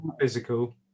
physical